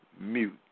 mute